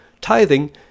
tithing